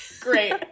Great